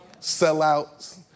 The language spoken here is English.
Sellouts